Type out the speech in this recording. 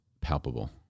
palpable